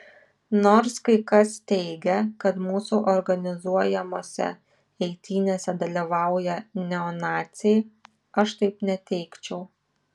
nors kai kas teigia kad mūsų organizuojamose eitynėse dalyvauja neonaciai aš taip neteigčiau